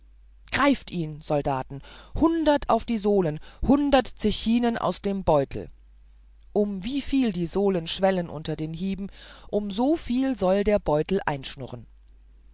greift ihn soldaten hundert auf die sohlen hundert zechinen aus dem beutel um wieviel die sohlen schwellen unter den hieben um soviel soll der beutel einschnurren